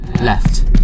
Left